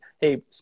Hey